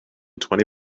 twenty